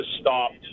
stopped